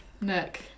Nick